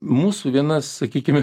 mūsų viena sakykime